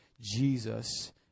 Jesus